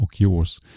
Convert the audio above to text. occurs